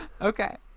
Okay